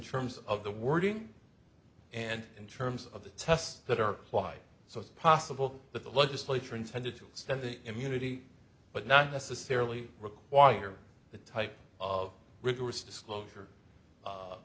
terms of the wording and in terms of the tests that are applied so it's possible that the legislature intended to extend the immunity but not necessarily require the type of rigorous disclosure